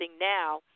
now